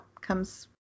comes